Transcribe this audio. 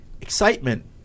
excitement